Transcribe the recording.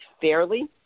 fairly